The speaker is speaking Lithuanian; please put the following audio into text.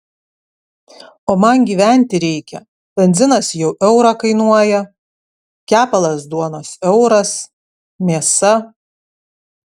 o man gyventi reikia benzinas jau eurą kainuoja kepalas duonos euras mėsa